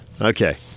Okay